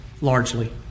largely